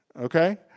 okay